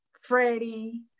freddie